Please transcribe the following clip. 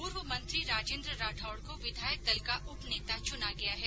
पूर्व मंत्री राजेन्द्र राठौड़ को विधायक दल का उपनेता चुना गया है